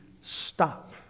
stop